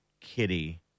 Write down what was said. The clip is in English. Kitty